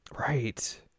Right